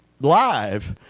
live